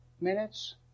minutes